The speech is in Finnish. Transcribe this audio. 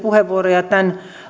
puheenvuoroja tämän